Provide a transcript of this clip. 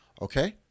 okay